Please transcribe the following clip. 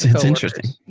it's interesting.